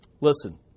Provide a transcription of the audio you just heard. Listen